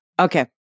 Okay